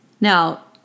Now